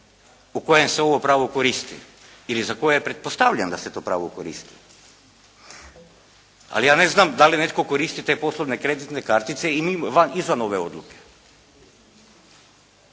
u kojem se ovo pravo koristi ili za koje pretpostavljam da se to pravo koristi. Ali ja ne znam da li netko koristi te poslovne kreditne kartice i van, izvan ove odluke.